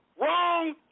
Wrong